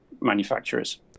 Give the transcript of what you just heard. manufacturers